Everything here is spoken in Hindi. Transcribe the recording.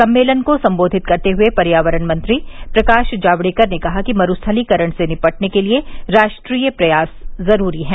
सम्मेलन को संबेधित करते हुए पर्यावरण मंत्री प्रकाश जावड़ेकर ने कहा कि मरूस्थलीकरण से निपटने के लिए राष्ट्रीय प्रयास जरूरी हैं